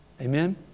Amen